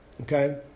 Okay